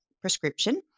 prescription